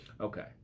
Okay